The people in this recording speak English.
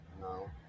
No